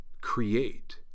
create